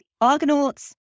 Argonauts